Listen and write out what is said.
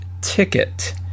ticket